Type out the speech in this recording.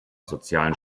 sozialen